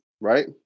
right